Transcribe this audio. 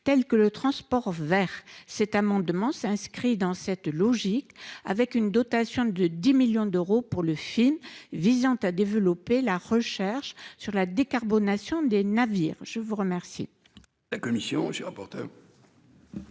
telles que le transport vert. Cet amendement s'inscrit dans cette logique, avec une dotation de 10 millions d'euros pour le FIM visant à développer la recherche sur la décarbonation des navires. La commission partage